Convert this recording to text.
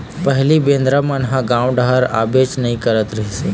पहिली बेंदरा मन ह गाँव डहर आबेच नइ करत रहिस हे